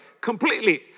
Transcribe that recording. completely